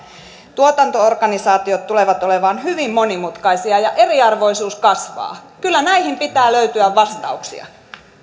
tuotanto organisaatiot tulevat olemaan hyvin monimutkaisia ja eriarvoisuus kasvaa kyllä näihin pitää löytyä vastauksia